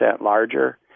larger